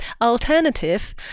alternative